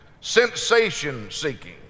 sensation-seeking